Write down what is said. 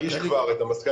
הוא כבר הגיש את המסקנות